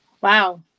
Wow